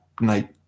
night